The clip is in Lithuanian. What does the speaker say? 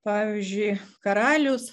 pavyzdžiui karalius